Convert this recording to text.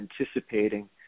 anticipating